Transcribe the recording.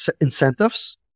incentives